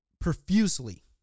profusely